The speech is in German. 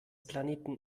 planeten